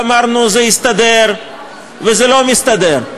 ואמרנו: זה יסתדר, וזה לא מסתדר.